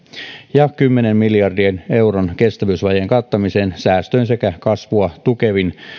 ja kymmenen miljardin euron kestävyysvajeen kattamiseen säästöin sekä kasvua tukevin